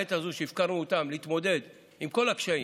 בעת הזאת שהפקרנו אותם להתמודד עם כל הקשיים,